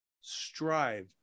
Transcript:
strive